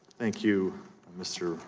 think you mr.